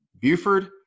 Buford